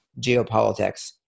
geopolitics